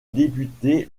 débuté